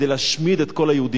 כדי להשמיד את כל היהודים.